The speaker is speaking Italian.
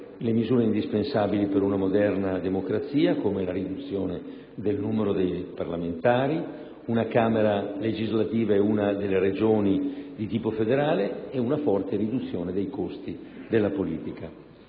le misure indispensabili per una moderna democrazia, come la riduzione del numero dei parlamentari, una Camera legislativa e una delle Regioni, di tipo federale, e una forte riduzione dei costi della politica.